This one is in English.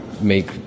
make